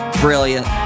Brilliant